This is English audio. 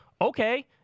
okay